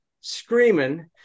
screaming